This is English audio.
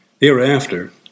Thereafter